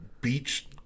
beach